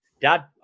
Dad